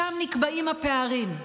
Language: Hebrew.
שם נקבעים הפערים.